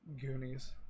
Goonies